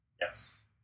Yes